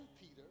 Peter